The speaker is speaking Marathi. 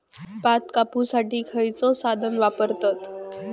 भात कापुसाठी खैयचो साधन वापरतत?